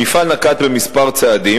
המפעל נקט כמה צעדים,